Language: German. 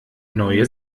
neue